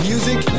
Music